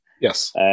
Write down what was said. Yes